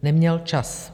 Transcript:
Neměl čas!